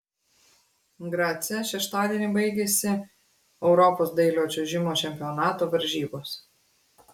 grace šeštadienį baigėsi europos dailiojo čiuožimo čempionato varžybos